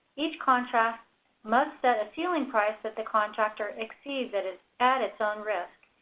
each contract must set a ceiling price that the contractor exceeds at its at its own risk.